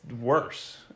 worse